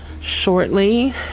shortly